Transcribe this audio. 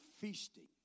feasting